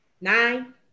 Nine